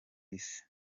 isi